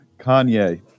Kanye